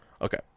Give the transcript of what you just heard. Okay